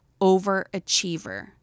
overachiever